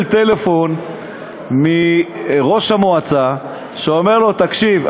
טלפון מראש המועצה שאומר לו: תקשיב,